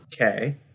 Okay